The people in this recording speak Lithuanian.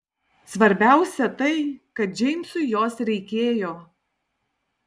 svarbiausia tai kad džeimsui jos reikėjo